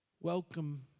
welcome